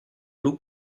new